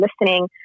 listening